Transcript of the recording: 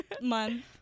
month